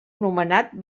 nomenat